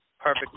perfect